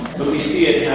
when we see it